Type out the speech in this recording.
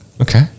Okay